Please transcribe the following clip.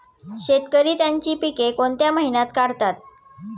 शेतकरी त्यांची पीके कोणत्या महिन्यात काढतात?